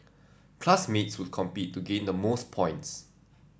classmates would compete to gain the most points